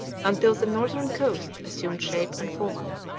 until the northern coast assumed shape and form.